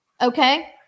okay